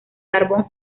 carbón